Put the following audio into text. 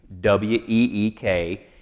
w-e-e-k